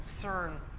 concern